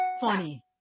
funny